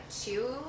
two